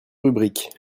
rubrique